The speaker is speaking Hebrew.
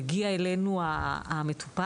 מגיע אלינו המטופל,